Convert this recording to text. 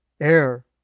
air